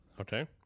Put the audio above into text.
Okay